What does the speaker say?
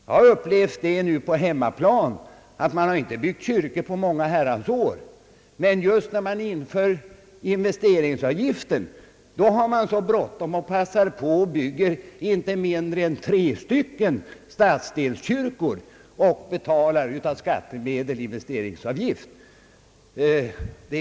Jag har upplevt på hemmaplan att det inte har byggts kyrkor på många herrans år, men just när investeringsavgiften infördes blev det bråttom att bygga inte mindre än tre stadsdelskyrkor, för vilka man betalar investeringsavgiften av skattemedel.